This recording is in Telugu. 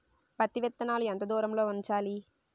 పత్తి విత్తనాలు ఎంత దూరంలో ఉంచాలి?